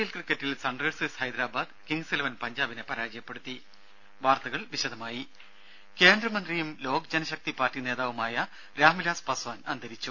L ക്രിക്കറ്റിൽ Sunrisers Hyderabad Kings eleven പഞ്ചാബിനെ പരാജയപ്പെടുത്തി വാർത്തകൾ വിശദമായി കേന്ദ്രമന്ത്രിയും ലോക്ജനശക്തി പാർട്ടി നേതാവുമായ രാംവിലാസ് പസ്വാൻ അന്തരിച്ചു